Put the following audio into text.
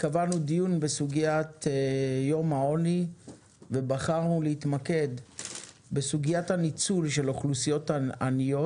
קבענו דיון ביום העוני ובחרנו להתמקד בסוגיית ניצול אוכלוסיות עניות